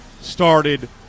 started